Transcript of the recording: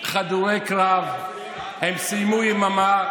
אבל לי זה ברור במאת האחוזים שזה פשוט בגלל שזה היה בבנימינה